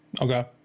Okay